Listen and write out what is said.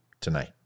tonight